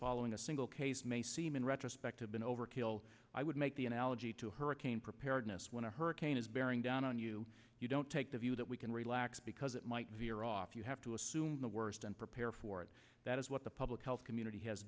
following a single case may seem in retrospect have been overkill i would make the analogy to hurricane preparedness when a hurricane is bearing down on you you don't take the view that we can relax because it might veer off you have to assume the worst and prepare for it that is what the public health community has